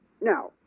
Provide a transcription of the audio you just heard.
Now